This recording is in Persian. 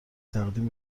تقدیم